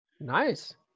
Nice